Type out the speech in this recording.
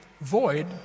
Void